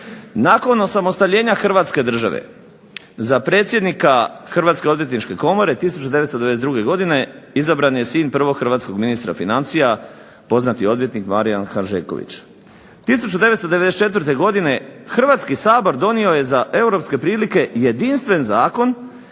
Nakon osamostaljenja Hrvatske države za predsjednika Hrvatske odvjetničke komore 1992. godine izabran je sin prvog hrvatskog ministra financija poznati odvjetnik Marijan Hanžeković. 1994. godine Hrvatski sabor donio je za europske prilike jedinstven zakon